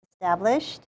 established